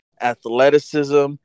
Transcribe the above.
Athleticism